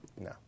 No